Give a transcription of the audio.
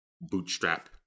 bootstrap